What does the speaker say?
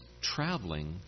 traveling